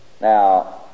now